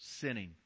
sinning